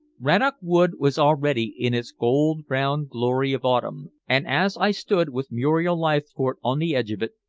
rannoch wood was already in its gold-brown glory of autumn, and as i stood with muriel leithcourt on the edge of it,